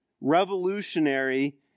revolutionary